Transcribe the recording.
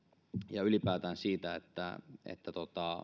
ja ylipäätään sitä että